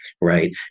right